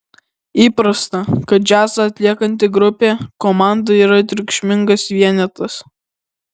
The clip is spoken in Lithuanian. įprasta kad džiazą atliekanti grupė komanda yra triukšmingas vienetas